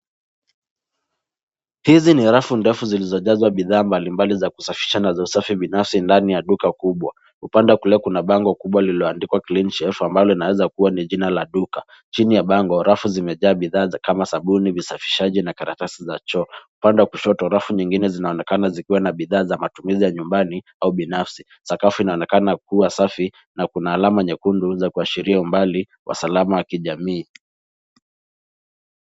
Hizi ni rafu ndefu zilizojazwa bidhaa mbalimbali za kusafisha na usafi binafsi ndani ya duka kubwa, upande wa kulia kuna bango kubwa lililoandikwa [cleanshelf] ambalo linaweza kuwa ni jina la duka chini ya bango rafu zimejaa bidhaa za kama sabuni ,visafishaji na karatasi za choo ,upande kushoto rafu nyingine zinaonekana zikiwa na bidhaa za matumizi ya nyumbani au binafsi ,sakafu inaonekana kuwa safi na kuna alama nyekundu za kuashiria umbali kwa usalama wa kijamii.